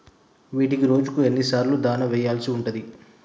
వీటికి రోజుకు ఎన్ని సార్లు దాణా వెయ్యాల్సి ఉంటది?